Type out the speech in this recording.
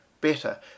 better